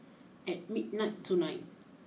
at midnight tonight